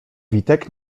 witek